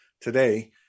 Today